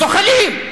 זוחלים,